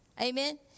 Amen